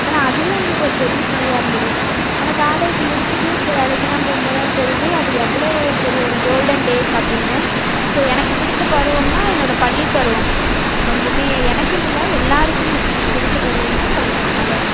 ஆனால் அதுவே எங்களுக்கு ஒரு பெரிய சுமையாக இருந்துது ஆனால் காலேஜ் முடிச்சிவிட்டு இப்போ வேலைக்கெல்லாம் போவும்போது தான் தெரியுது அது எவ்வளோ பெரிய ஒரு கோல்டன் டேஸ் அப்படின்னு ஸோ எனக்கு பிடித்த பருவம்னா என்னோட பள்ளிப் பருவம் ரொம்பவுமே எனக்குன்னு இல்லை எல்லாருக்குமே பிடிச்ச பருவம்னா பள்ளி பருவமாகதான் இருக்கும்